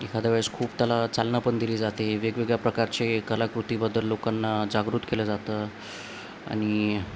एखाद्या वेळेस खूप त्याला चालना पण दिली जाते वेगवेगळ्या प्रकारचे कलाकृतीबद्दल लोकांना जागृत केलं जातं आणि